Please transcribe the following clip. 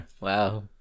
Wow